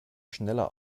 schneller